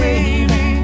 Baby